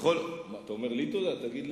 תודה, תודה.